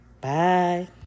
Bye